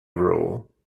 rule